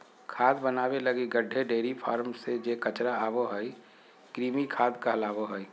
खाद बनाबे लगी गड्डे, डेयरी फार्म से जे कचरा आबो हइ, कृमि खाद कहलाबो हइ